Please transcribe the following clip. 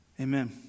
Amen